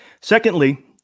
Secondly